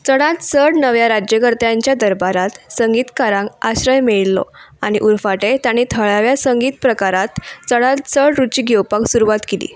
चडांत चड नव्या राज्यकर्त्यांच्या दरबारांत संगीतकारांक आश्रय मेळिल्लो आनी उरफाटे तांणी थळाव्या संगीत प्रकारांत चडांत चड रुची घेवपाक सुरवात केली